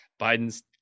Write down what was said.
Biden's